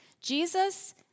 Jesus